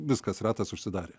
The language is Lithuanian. viskas ratas užsidarė